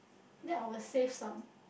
that will save some